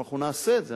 אבל אנחנו נעשה את זה.